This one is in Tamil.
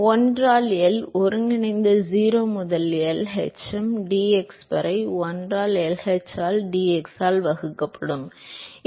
1 ஆல் L ஒருங்கிணைந்த 0 முதல் L hm dx வரை 1 ஆல் L h ஆல் dx ஆக வகுக்கப்படும்